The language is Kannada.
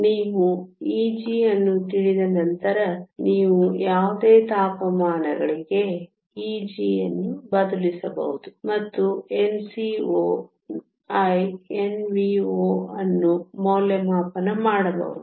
ನೀವು Eg ಅನ್ನು ತಿಳಿದ ನಂತರ ನೀವು ಯಾವುದೇ ತಾಪಮಾನಗಳಿಗೆ Eg ಅನ್ನು ಬದಲಿಸಬಹುದು ಮತ್ತು N co ¿ N vo ಅನ್ನು ಮೌಲ್ಯಮಾಪನ ಮಾಡಬಹುದು